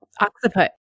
Occiput